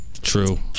True